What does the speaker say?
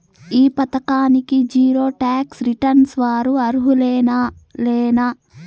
ఈ పథకానికి zero tax returns వారు అర్హులేనా లేనా?